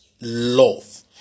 love